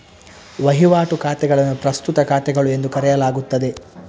ವಹಿವಾಟು ಖಾತೆಗಳನ್ನು ಪ್ರಸ್ತುತ ಖಾತೆಗಳು ಎಂದು ಕರೆಯಲಾಗುತ್ತದೆ